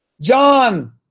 John